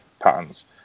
patterns